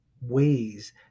ways